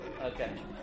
Okay